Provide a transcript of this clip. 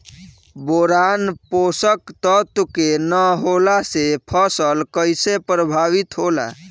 Boron पोषक तत्व के न होला से फसल कइसे प्रभावित होला?